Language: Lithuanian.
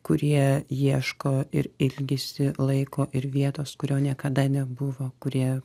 kurie ieško ir ilgisi laiko ir vietos kurio niekada nebuvo kurie